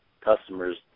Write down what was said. customers